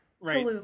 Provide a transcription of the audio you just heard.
right